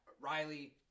Riley